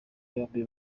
yombi